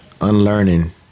unlearning